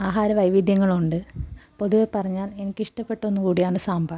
ആഹാര വൈവിധ്യങ്ങളുണ്ട് പൊതുവെ പറഞ്ഞാൽ എനിക്ക് ഇഷ്ടപ്പെട്ട ഒന്നു കൂടിയാണ് സാമ്പാർ